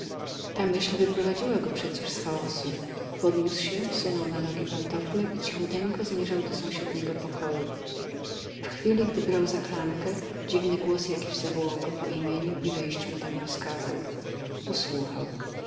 ta myśl wyprowadziła go przecież z chaosu podniósł się wsunął na nogi pantofle i cichuteńko zmierzał do sąsiedniego pokoju w chwili gdy brał za klamkę dziwny głos jakiś zawołał go po imieniu i wejść mu tam rozkazał usłuchał